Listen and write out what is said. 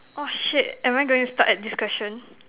orh shit am I going to stuck at this question